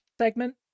segment